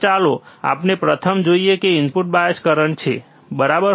તો ચાલો આપણે પ્રથમ જોઈએ જે ઇનપુટ બાયસ કરંટ છે બરાબર